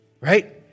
right